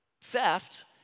Theft